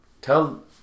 tell